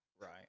right